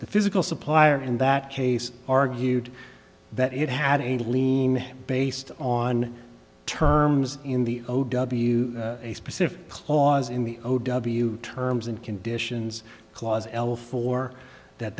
the physical supplier in that case argued that it had a lien based on terms in the o w a specific clause in the o w terms and conditions clause l for that